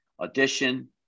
audition